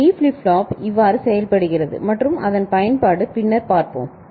D flip flop இவ்வாறு செயல்படுகிறது மற்றும் அதன் பயன்பாடு பின்னர் பார்ப்போம்